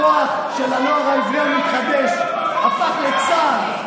הכוח של הנוער העברי המתחדש הפך לצה"ל,